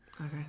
Okay